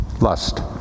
Lust